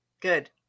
Good